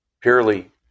purely